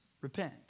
repent